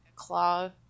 Claw